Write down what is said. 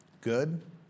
good